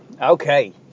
Okay